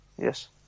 Yes